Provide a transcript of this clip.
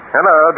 Hello